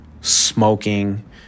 smoking